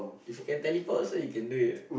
if you can teleport also you can do it